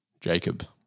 Jacob